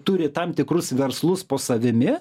turi tam tikrus verslus po savimi